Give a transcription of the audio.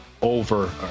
Over